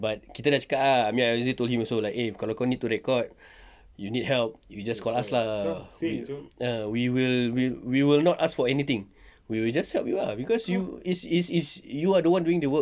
but kita dah cakap ah I mean I already told him also eh kalau kau need to record you need help you just call us lah ah we will we will not ask for anything we will just help you ah cause you is is is you are the one doing the work